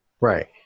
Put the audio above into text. Right